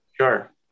Sure